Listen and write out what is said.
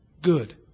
good